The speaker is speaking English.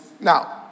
Now